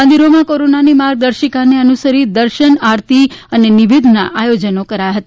મંદિરોમાં કોરોનાની માર્ગ દર્શિકાને અનુસરી દર્શન આરતી નૈવૈધના આયોજનો કરાયા છે